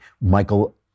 Michael